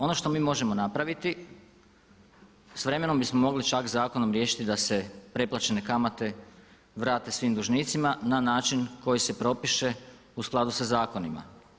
Ono što mi možemo napraviti s vremenom bismo mogli čak zakonom riješiti da se preplaćene kamate vrate svim dužnicima na način koji se propiše u skladu sa zakonima.